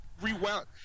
rewound